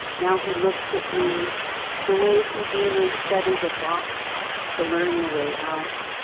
now he looks at me the way houdini studied a box to learn the way out,